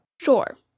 Sure